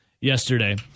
yesterday